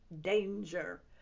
danger